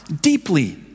deeply